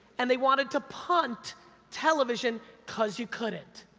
and they wanted to punt television, cause you couldn't.